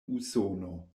usono